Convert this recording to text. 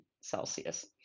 Celsius